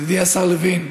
ידידי השר לוין,